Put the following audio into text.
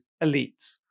elites